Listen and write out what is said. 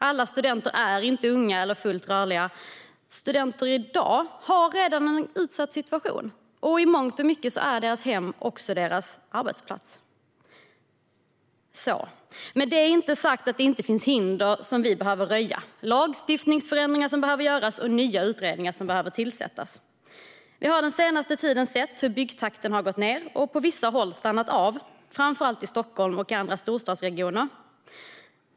Alla studenter är inte unga eller fullt rörliga. Studenter har i dag redan en utsatt situation, och i mångt och mycket är deras hem också deras arbetsplats. Med det är inte sagt att det inte finns hinder som vi behöver röja, lagstiftningsförändringar som behöver göras och nya utredningar som behöver tillsättas. Vi har den senaste tiden sett hur byggtakten har gått ned och på vissa håll stannat av, framför allt i Stockholm och andra storstadsregioner.